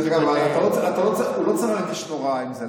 דרך אגב, הוא לא צריך להרגיש נורא עם זה.